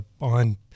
on